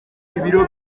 ibiro